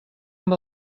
amb